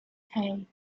hey